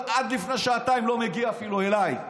עד לפני שעתיים לא מגיע אפילו אליי.